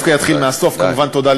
אל תתנשא עלי.